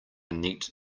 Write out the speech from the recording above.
neat